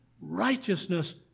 righteousness